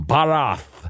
Barath